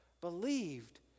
believed